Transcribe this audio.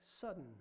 sudden